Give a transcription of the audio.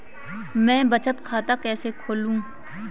मैं बचत खाता कैसे खोलूं?